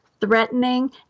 threatening